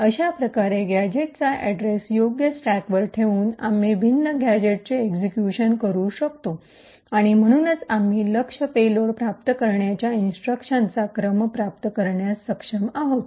अशा प्रकारे गॅझेटचा अड्रेस योग्य स्टॅकवर ठेवून आम्ही भिन्न गॅझेटचे एक्सिक्यूशन करू शकतो आणि म्हणूनच आम्ही लक्ष्य पेलोड प्राप्त करण्याच्या इंस्ट्रक्शनचा क्रम प्राप्त करण्यास सक्षम आहोत